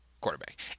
quarterback